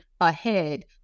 ahead